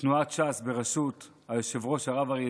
ותנועת ש"ס בראשות היושב-ראש הרב אריה